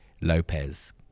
Lopez